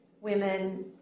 women